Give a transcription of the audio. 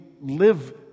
live